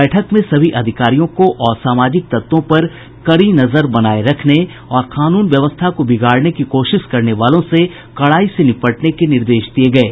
बैठक में सभी अधिकारियों को असामाजिक तत्वों पर कड़ी नजर बनाये रखने और कानून व्यवस्था को बिगाड़ने की कोशिश करने वालों से कड़ाई से निपटने के निर्देश दिये गये